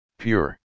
pure